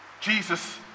Jesus